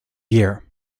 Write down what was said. year